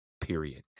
period